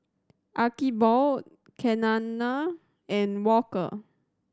Archibald Keanna and Walker